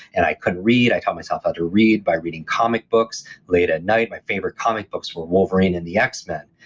and i couldn't read, i taught myself how ah to read by reading comic books late at night. my favorite comic books were wolverine and the x-men.